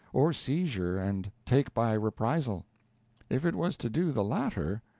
or seizure and take by reprisal if it was to do the latter,